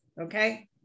Okay